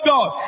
God